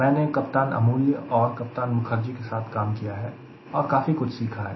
मैंने कप्तान अमूल्य और कप्तान मुखर्जी के साथ काम किया है और काफी कुछ सीखा है